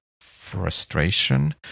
frustration